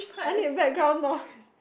I need background noise